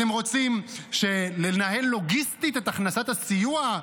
אתם רוצים לנהל לוגיסטית את הכנסת הסיוע?